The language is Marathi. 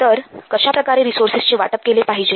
तर कशाप्रकारे रिसोर्सेसचे वाटप केले पाहिजे